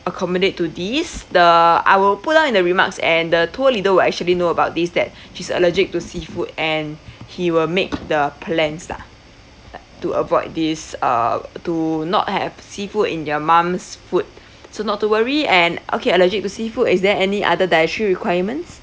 accommodate to these the I will put on the remarks and the tour leader will actually know about this that she's allergic to seafood and he will make the plans lah to avoid this uh to not have seafood in your mom's food so not to worry and okay allergic to seafood is there any other dietary requirements